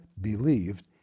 believed